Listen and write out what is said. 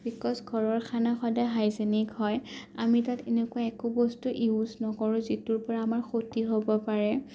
because ঘৰৰ খানা সদায় হাইজেনিক হয় আমি তাত এনেকুৱা বস্তু ইউজ নকৰোঁ যিটোৰ পৰা আমাৰ ক্ষতি হ'ব পাৰে